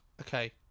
Okay